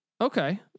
Okay